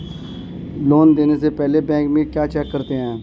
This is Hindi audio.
लोन देने से पहले बैंक में क्या चेक करते हैं?